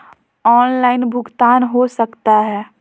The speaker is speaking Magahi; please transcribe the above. ऑनलाइन भुगतान हो सकता है?